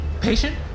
patient